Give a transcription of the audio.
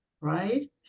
right